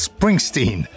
Springsteen